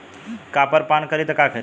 Copper पान करी तब का करी?